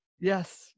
Yes